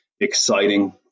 exciting